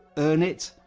earn it,